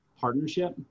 partnership